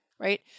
Right